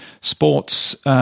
sports